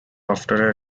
after